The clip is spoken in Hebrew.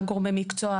גם גורמי מקצוע,